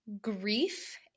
grief